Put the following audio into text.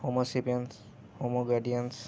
హోమోసిబియన్స్ హోమోగార్డియన్స్